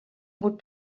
would